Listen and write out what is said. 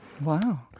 Wow